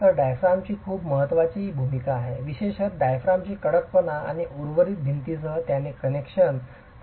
तर डायाफ्रामची खूप महत्वाची भूमिका आहे विशेषत डायाफ्रामची कडकपणा आणि उर्वरित भिंतींसह त्याचे कनेक्शन